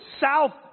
South